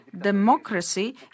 democracy